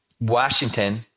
Washington